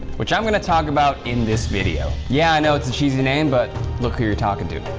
which i'm gonna talk about in this video. yeah, i know it's a cheesy name, but look who you're talking to.